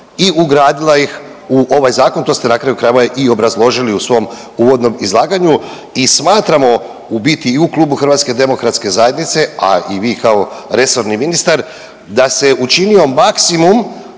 i ugradila ih u ovaj zakon, to ste na kraju krajeva i obrazložili u svom uvodnom izlaganju i smatramo u biti i u Klubu HDZ-a, a i vi kao resorni ministar da se učinio maksimum